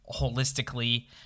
holistically